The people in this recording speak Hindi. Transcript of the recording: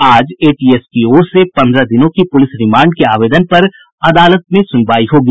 आज एटीएस की ओर से पन्द्रह दिनों की पुलिस रिमांड के आवेदन पर अदालत में सुनवाई होगी